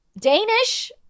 danish